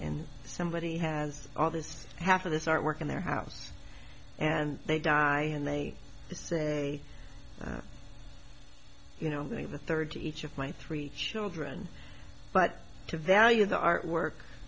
and somebody has all this half of this artwork in their house and they die and they say you know nothing of the third to each of my three children but to value the artwork